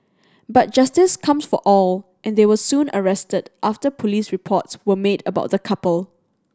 but justice comes for all and they were soon arrested after police reports were made about the couple